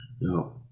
No